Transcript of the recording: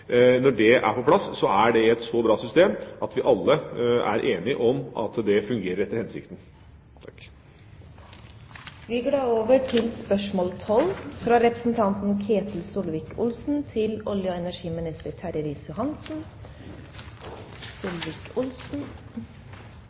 er på plass, er det et så bra system at vi alle er enige om at det fungerer etter hensikten.